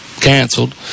canceled